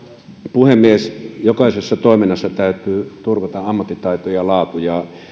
puhemies jokaisessa toiminnassa täytyy turvata ammattitaito ja laatu